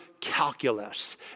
calculus